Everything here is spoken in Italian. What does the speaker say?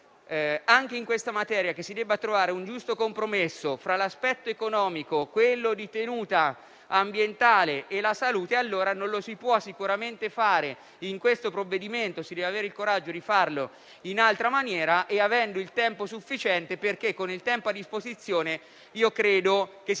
anche in questa materia, che si debba trovare un giusto compromesso fra l'aspetto economico, quello di tenuta ambientale e la salute, allora non lo si può sicuramente fare in questo provvedimento, ma si deve avere il coraggio di farlo in altra maniera e avendo il tempo sufficiente, perché con il tempo a disposizione credo che si